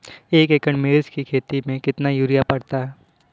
एक एकड़ मिर्च की खेती में कितना यूरिया पड़ता है?